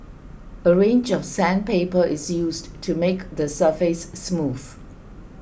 a range of sandpaper is used to make the surface smooth